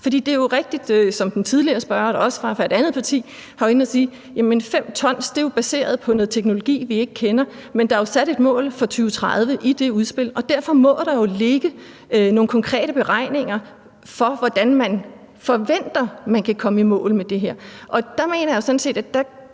det er jo rigtigt, som en tidligere spørger fra et andet parti også sagde, at de 5 t jo er baseret på noget teknologi, vi ikke kender. Men der er jo sat et mål for 2030 i det udspil, og derfor må der jo ligge nogle konkrete beregninger for, hvordan man forventer man kan komme i mål med det her.